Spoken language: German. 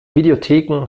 videotheken